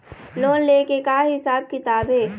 Loan ले के का हिसाब किताब हे?